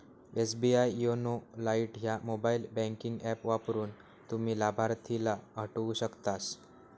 SBI YONO lite ह्या mobile banking app वापरून, तुम्ही लाभार्थीला हटवू शकतास